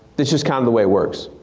it's just kind of the way it works.